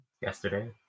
Yesterday